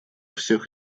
всех